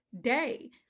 day